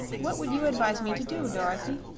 what would you advise me to do, dorothy?